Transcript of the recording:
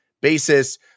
basis